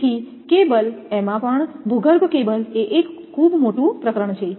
તેથી કેબલ એમાં પણ ભૂગર્ભ કેબલ એ એક ખૂબ મોટુ પ્રકરણ છે